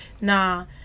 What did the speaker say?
nah